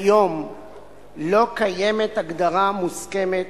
כיום לא קיימת הגדרה מוסכמת